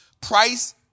price